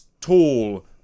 tall